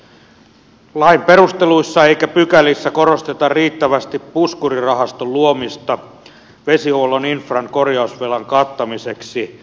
ei lain perusteluissa eikä pykälissä korosteta riittävästi puskurirahaston luomista vesihuollon infran korjausvelan kattamiseksi